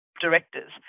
directors